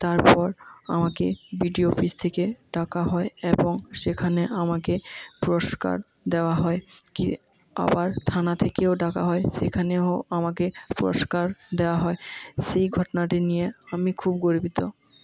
তারপর আমাকে B D O office থেকে ডাকা হয় এবং সেখানে আমাকে পুরস্কার দেওয়া হয় কি আবার থানা থেকেও ডাকা হয় সেখানেও আমাকে পুরস্কার দেওয়া হয় সেই ঘটনাটি নিয়ে আমি খুব গর্বিত